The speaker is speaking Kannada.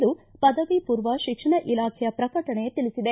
ಎಂದು ಪದವಿ ಪೂರ್ವ ಶಿಕ್ಷಣ ಇಲಾಖೆಯ ಪ್ರಕಟಣೆ ತಿಳಿಸಿದೆ